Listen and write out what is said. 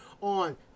on